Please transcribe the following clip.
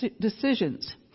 decisions